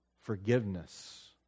forgiveness